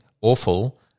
awful